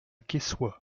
quessoy